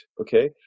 Okay